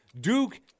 Duke